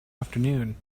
afternoon